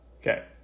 Okay